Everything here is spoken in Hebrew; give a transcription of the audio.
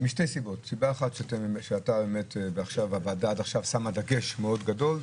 משתי סיבות: סיבה אחת שעד עכשיו הוועדה שמה דגש מאוד גדול,